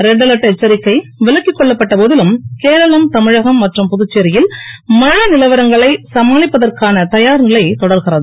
red alert எச்சரிக்கை விலக்கிக் கொள்ளப்பட்ட போதிலும் கேரளம் தமிழகம் மற்றும் புதுச்சேரியில் மழை நிலவரங்களை சமாளிப்பதற்கான தயார் நிலை தொடர்கிறது